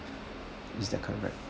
is that correct